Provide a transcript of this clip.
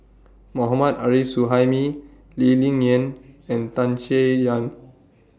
Mohammad Arif Suhaimi Lee Ling Yen and Tan Chay Yan